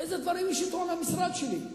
איזה דברים השיתו על המשרד שלי.